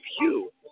view